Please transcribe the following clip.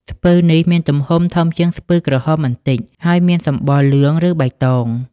ស្ពឺនេះមានទំហំធំជាងស្ពឺក្រហមបន្តិច ហើយមានសម្បុរលឿង ឬបៃតង។